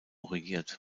regiert